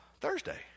Thursday